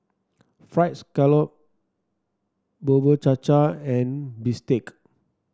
fried scallop Bubur Cha Cha and bistake